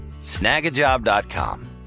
Snagajob.com